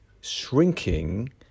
shrinking